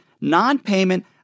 non-payment